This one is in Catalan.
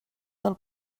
del